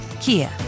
Kia